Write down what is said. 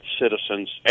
citizens